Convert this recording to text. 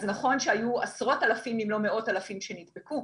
אז נכון שהיו עשרות אלפים אם לא מאות אלפים שנדבקו,